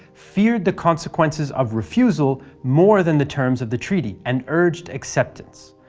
feared the consequences of refusal more than the terms of the treaty and urged acceptance.